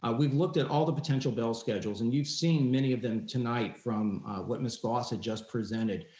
ah we've looked at all the potential bill schedules and you've seen many of them tonight from what miss goss had just presented.